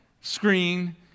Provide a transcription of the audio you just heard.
screen